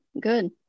good